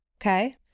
okay